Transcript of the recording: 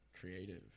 creative